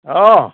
हँ